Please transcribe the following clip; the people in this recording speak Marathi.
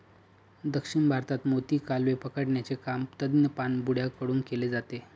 दक्षिण भारतात मोती, कालवे पकडण्याचे काम तज्ञ पाणबुड्या कडून केले जाते